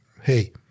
hey